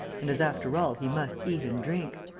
and as, after all, he must eat and drink.